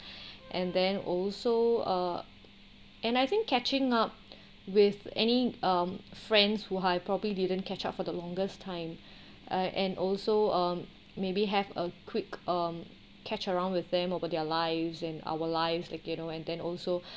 and then also uh and I think catching up with any um friends who I probably didn't catch up for the longest time uh and also um maybe have a quick um catch around with them over their lives and our lives that you know and then also